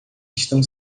estão